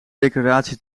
declaratie